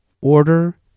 order